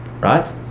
right